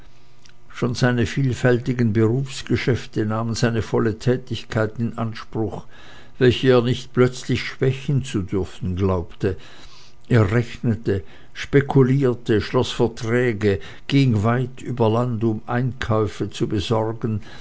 schon seine vielfältigen berufsgeschäfte nahmen seine volle tätigkeit in anspruch welche er nicht plötzlich schwächen zu dürfen glaubte er rechnete spekulierte schloß verträge ging weit über land um einkäufe zu besorgen